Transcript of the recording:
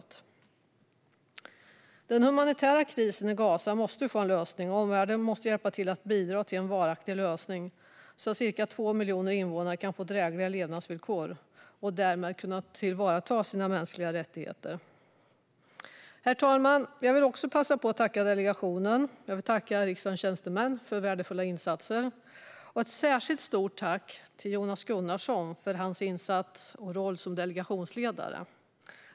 Den humanitära krisen i Gaza måste få en lösning, och omvärlden måste hjälpa till att bidra till en varaktig lösning så att ca 2 miljoner invånare kan få drägliga levnadsvillkor och därmed kunna tillvarata sina mänskliga rättigheter. Fru talman! Jag vill passa på att tacka delegationen. Jag vill tacka riksdagens tjänstemän för värdefulla insatser. Ett särskilt stort tack vill jag ge Jonas Gunnarsson för hans insats och roll som delegationsledare.